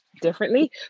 differently